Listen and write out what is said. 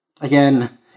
again